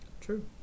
true